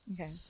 Okay